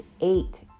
eight